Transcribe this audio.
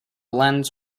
lens